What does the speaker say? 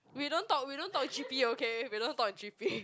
we don't talk we dont't talk G_P okay we don't talk G_P